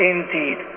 Indeed